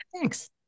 Thanks